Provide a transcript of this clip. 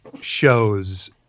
shows